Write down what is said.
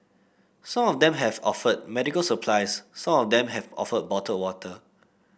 some of them have offered medical supplies some of them have offered bottled water